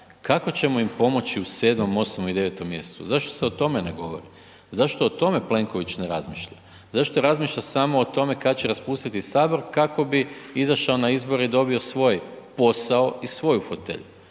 Kako ćemo im pomoći u 7., 8. i 9. mjesecu? Zašto se o tome ne govori? Zašto o tome Plenković ne razmišlja? Zašto razmišlja samo o tome kad će raspustiti sabor kako bi izašao na izbore i dobio svoj posao i svoju fotelju?